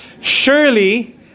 Surely